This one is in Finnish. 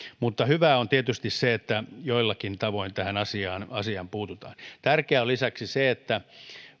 mutta hyvää on tietysti se että jollakin tavoin tähän asiaan asiaan puututaan tärkeää on lisäksi se että